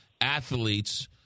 athletes